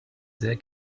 sehr